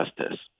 justice